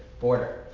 border